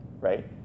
right